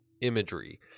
imagery